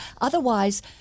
otherwise